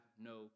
no